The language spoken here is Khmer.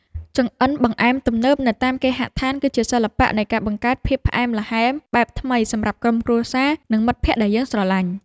ចម្អិនបង្អែមទំនើបនៅតាមគេហដ្ឋាន គឺជាសិល្បៈនៃការបង្កើតភាពផ្អែមល្ហែមបែបថ្មីសម្រាប់ក្រុមគ្រួសារ និងមិត្តភក្តិដែលយើងស្រឡាញ់។